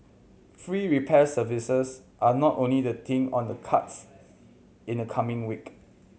free repair services are not only the thing on the cards in the coming week